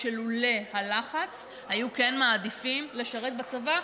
שלולא הלחץ היו כן מעדיפים לשרת בצבא,